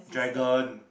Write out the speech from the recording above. dragon